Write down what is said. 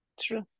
True